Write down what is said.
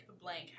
blank